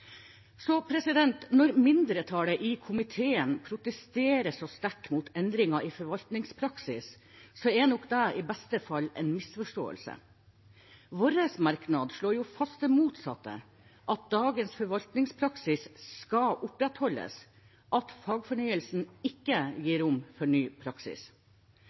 Så når mindretallet i komiteen protesterer sterkt mot endringen i forvaltningspraksis, er nok det, i beste fall, en misforståelse. Vår merknad slår jo fast det motsatte, at dagens forvaltningspraksis skal opprettholdes, at fagfornyelsen ikke gir rom for ny praksis.